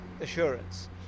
assurance